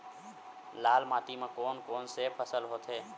लाल माटी म कोन कौन से फसल होथे?